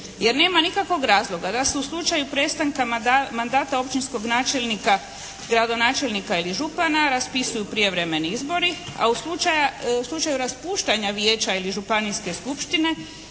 Jer nema nikakvog razloga da se u slučaju prestanka mandata općinskog načelnika, gradonačelnika ili župana raspisuju prijevremeni izbori, a u slučaju raspuštanja vijeća ili županijske skupštine